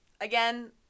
again